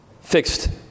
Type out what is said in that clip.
fixed